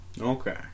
Okay